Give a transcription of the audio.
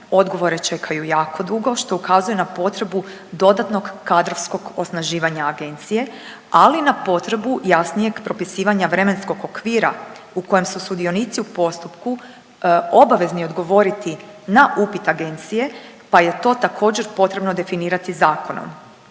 odgovore čekaju jako dugo, što ukazuje na potrebu dodatnog kadrovskog osnaživanja agencije, ali i na potrebu jasnijeg propisivanja vremenskog okvira u kojem su sudionici u postupku obavezni odgovoriti na upit agencije, pa je to također potrebno definirati zakonom.